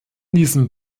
diesem